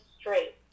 straight